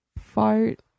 fart